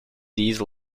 these